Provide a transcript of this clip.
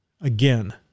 Again